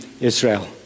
Israel